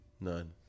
None